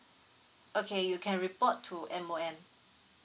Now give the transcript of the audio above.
okay you can report to M_O_M